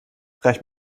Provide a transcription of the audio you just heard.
reich